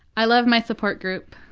i love my support group.